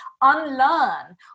unlearn